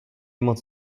moc